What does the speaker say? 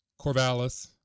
Corvallis